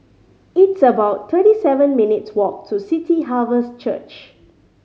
it's about thirty seven minutes' walk to City Harvest Church